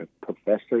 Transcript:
professor